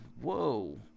whoa